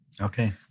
okay